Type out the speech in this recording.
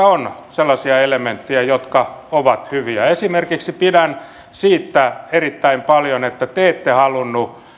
on sellaisia elementtejä jotka ovat hyviä esimerkiksi pidän siitä erittäin paljon että te ette halunneet